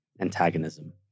antagonism